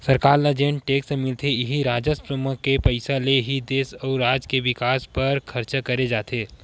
सरकार ल जेन टेक्स मिलथे इही राजस्व म के पइसा ले ही देस अउ राज के बिकास बर खरचा करे जाथे